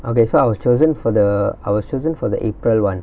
okay so I was chosen for the I was chosen for the april [one]